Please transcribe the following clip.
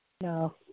No